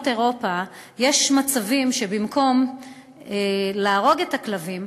אירופה יש מצבים שבהם במקום להרוג את הכלבים,